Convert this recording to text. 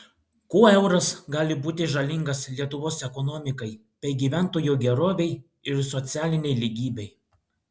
kuo euras gali būti žalingas lietuvos ekonomikai bei gyventojų gerovei ir socialinei lygybei